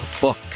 Book